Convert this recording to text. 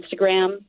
Instagram